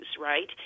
right